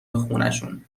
خونشون